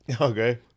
Okay